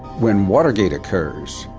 when watergate occurs,